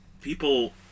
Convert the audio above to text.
people